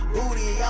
Booty